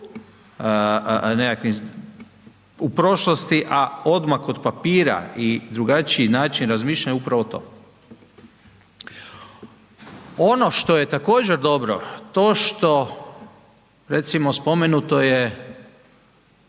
u prošlosti, a odmah kod papira i drugačiji način razmišljanja je upravo to. Ono što je također dobro, to što recimo, spomenuto je